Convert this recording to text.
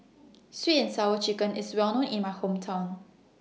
Sweet and Sour Chicken IS Well known in My Hometown